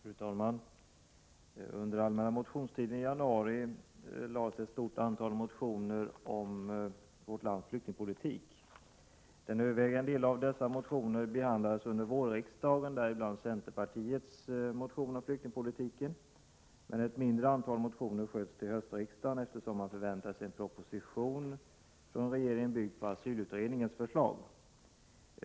Fru talman! Under allmänna motionstiden i januari väcktes ett stort antal motioner om vårt lands flyktingpolitik. Den övervägande delen av dessa motioner behandlades av vårriksdagen, däribland centerpartiets motion om flyktingpolitiken, men ett mindre antal motioner sköts till höstriksdagen, eftersom man förväntade en proposition från regeringen, byggd på asylutredningens förslag.